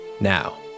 Now